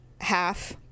half